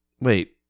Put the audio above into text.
wait